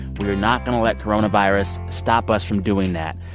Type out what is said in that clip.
we're not going to let coronavirus stop us from doing that.